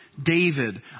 David